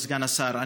כבוד סגן השר,